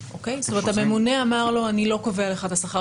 זאת אומרת הממונה אמר לו שהוא לא קובע לו את השכר